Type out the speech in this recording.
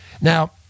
Now